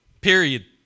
Period